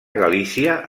galícia